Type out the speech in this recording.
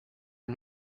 are